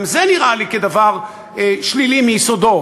גם זה נראה לי דבר שלילי מיסודו,